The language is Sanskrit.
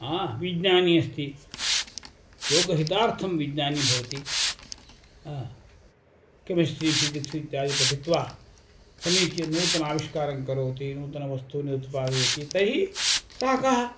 हा विज्ञानी अस्ति लोकहितार्थं विज्ञानी भवति हा केमिस्ट्री फ़िज़िक्स् इत्यादि पठित्वा समीचीनं नूतनम् आविष्कारं करोति नूतनवस्तूनि उत्पादयति तर्हि सः कः